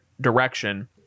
direction